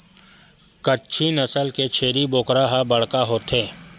कच्छी नसल के छेरी बोकरा ह बड़का होथे